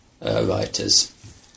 writers